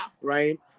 right